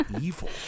evil